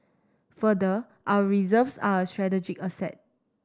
further our reserves are a strategic asset